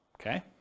Okay